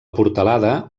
portalada